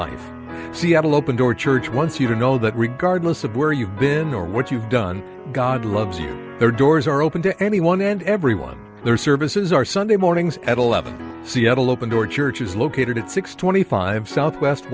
will open door church once you know that regardless of where you've been or what you've done god loves you there are doors are open to anyone and everyone their services are sunday mornings at eleven seattle open door church is located at six twenty five south west